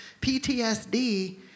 PTSD